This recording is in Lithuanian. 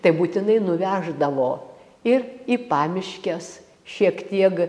tai būtinai nuveždavo ir į pamiškes šiek tieg